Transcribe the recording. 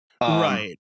right